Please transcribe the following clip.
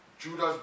Judas